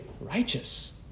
righteous